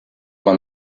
when